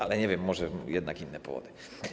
Ale nie wiem, może jednak są inne powody.